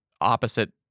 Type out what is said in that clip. opposite